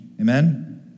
Amen